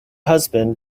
husband